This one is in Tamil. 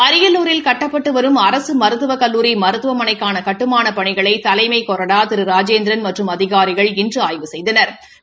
அரியலூரில் கட்டப்பட்டு வரும் அரசு மருத்துவக் கல்லூரி மருத்துவமனைக்கான கட்டுமானப் பணிகளை தலைமை கொறடா திரு ராஜேந்திரன் மற்றும் அதிகாரிகள் இன்று ஆய்வு செய்தனா்